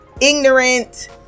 ignorant